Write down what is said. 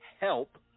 help